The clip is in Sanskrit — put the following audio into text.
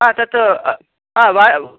तत् वा